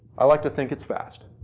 i like to think it's fast.